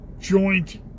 joint